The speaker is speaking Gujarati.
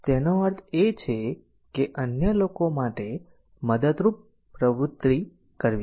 તેનો અર્થ એ છે કે અન્ય લોકો માટે મદદરૂપ પ્રવૃત્તિ કરવી